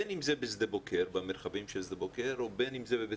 בין אם זה במרחבים שדה בוקר או בין אם זה בבית